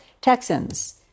Texans